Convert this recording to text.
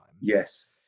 Yes